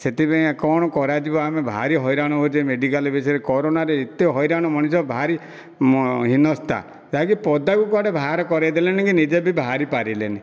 ସେଥିପାଇଁ କ'ଣ କରାଯିବ ଆମେ ଭାରି ହଇରାଣ ହଉଛେ ମେଡ଼ିକାଲ ବିଷୟରେ କରୋନାରେ ଏତେ ହଇରାଣ ମଣିଷ ଭାରି ହୀନସ୍ତା ଯାଇକି ପଦାକୁ କୁଆଡ଼େ ବାହାର କରେଇଦେଲେନି କି ନିଜେ ବି ବାହାରିପାରିଲେନି